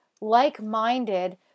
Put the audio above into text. like-minded